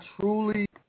truly